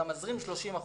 אתה מזרים 30%,